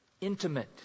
intimate